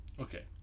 Okay